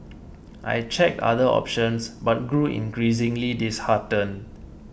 I checked other options but grew increasingly disheartened